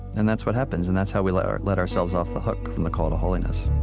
and that's what happens. and that's how we let let ourselves off the hook from the call to holiness